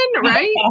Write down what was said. Right